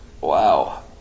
Wow